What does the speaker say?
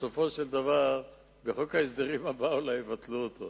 בסופו של דבר בחוק ההסדרים הבא אולי יבטלו אותו,